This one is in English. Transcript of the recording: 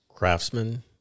Craftsman